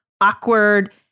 awkward